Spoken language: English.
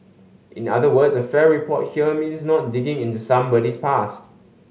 in other words a fair report here means not digging into somebody's past